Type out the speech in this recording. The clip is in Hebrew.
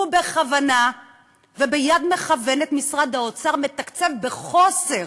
ובכוונה וביד מכוונת משרד האוצר מתקצב בחוסר